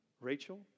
Rachel